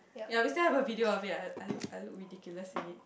ya we still have a video of it I I look I look ridiculous in it